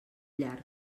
llarg